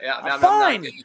Fine